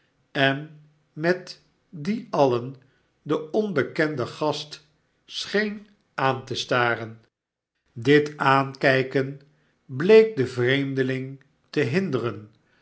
en met die alien den onbekenden gast scheen aan te staren dit aankijken bleek den vreemdeling te